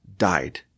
died